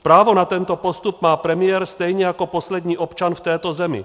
Právo na tento postup má premiér stejně jako poslední občan v této zemi.